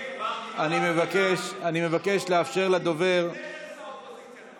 אני מבקש לאפשר לדובר, אין קואליציה, אופוזיציה.